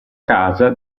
casa